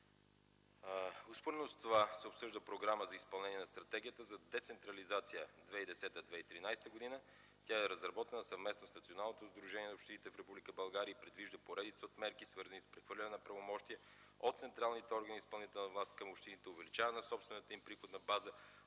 Успоредно с това се обсъжда Програма за изпълнение на Стратегията за децентрализация 2010-2013 г. Тя е разработена съвместно с Националното сдружение на общините в Република България и предвижда поредица от мерки, свързани с прехвърляне на правомощия от централните органи и изпълнителната власт към общините, увеличаване на собствената им приходна база,